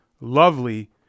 lovely